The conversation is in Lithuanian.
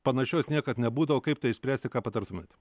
panašios niekad nebūdavo kaip tai išspręsti ką patartumėt